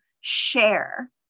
share